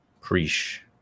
Preach